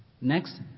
Next